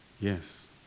Yes